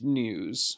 news